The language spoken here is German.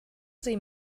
sie